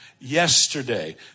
yesterday